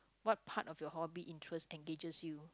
what part of your hobby interest engages you